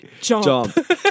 jump